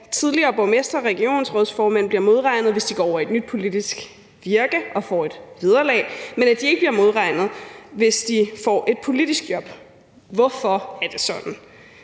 tidligere borgmestre og regionsrådsformænd bliver modregnet, hvis de går over i et nyt politisk virke og får et vederlag, men ikke bliver modregnet, hvis de får et ikkepolitisk job. Hvorfor er det sådan?